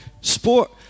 sport